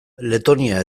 letonia